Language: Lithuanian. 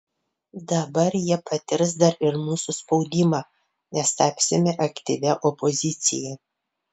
dabar jie patirs dar ir mūsų spaudimą nes tapsime aktyvia opozicija